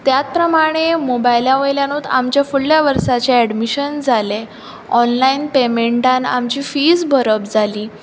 त्या प्रमाणे मोबायल्या वयल्यानूच आमच्या फुडल्या वर्साचे एडमिशन जाले ऑनलायन पेमेंटान आमची फिज भरप जाली